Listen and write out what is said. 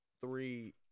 three